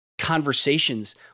Conversations